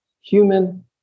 Human